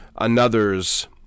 another's